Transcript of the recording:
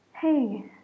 Hey